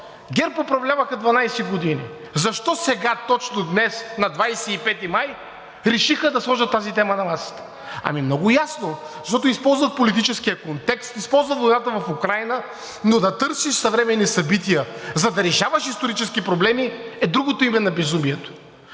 ГЕРБ управляваха 12 години, защо сега точно днес на 25 май решиха да сложат тази тема на масата? Ами много ясно, защото използват политическия контекст, използват войната в Украйна. Но да търсиш съвременни събития, за да решаваш исторически проблеми, е другото име на безумието